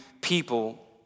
people